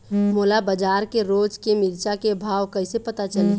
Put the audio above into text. मोला बजार के रोज के मिरचा के भाव कइसे पता चलही?